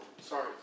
sorry